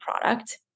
product